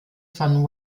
von